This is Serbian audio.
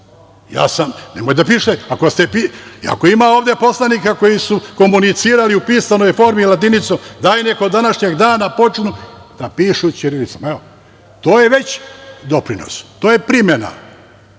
da pišemo latinicom. Ako ima ovde poslanika koji su komunicirali u pisanoj formi latinicom dajte neka od današnjeg dana počnu da pišu ćirilicom. To je već doprinos, to je primena.